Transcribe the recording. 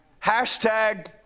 Hashtag